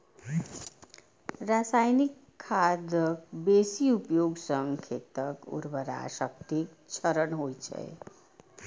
रासायनिक खादक बेसी उपयोग सं खेतक उर्वरा शक्तिक क्षरण होइ छै